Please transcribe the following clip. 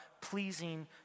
pleasing